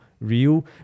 Real